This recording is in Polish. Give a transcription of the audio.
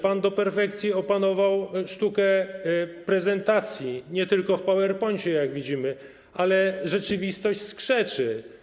Pan do perfekcji opanował sztukę prezentacji, nie tylko w PowerPoincie, jak widzimy, ale rzeczywistość skrzeczy.